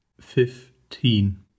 fifteen